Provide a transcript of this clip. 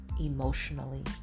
emotionally